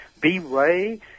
B-ray